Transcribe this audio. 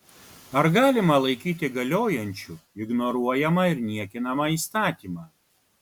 ar galima laikyti galiojančiu ignoruojamą ir niekinamą įstatymą